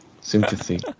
Sympathy